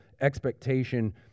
expectation